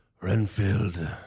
Renfield